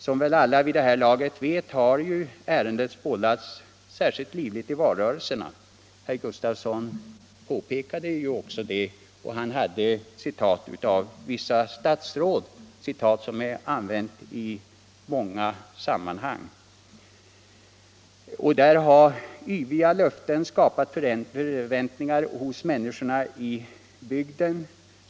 Som väl alla vid det här laget vet har ärendet bollats särskilt livligt i valrörelserna — herr Gustafsson påpekade det och han återgav citat av vissa statsråd; citat som använts i många sammanhang. Yviga löften har skapat förväntningar hos människorna i bygden.